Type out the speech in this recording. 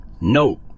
No